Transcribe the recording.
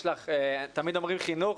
תמיד אומרים 'חינוך',